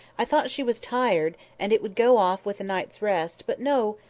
i thought she was tired, and it would go off with a night's rest but no!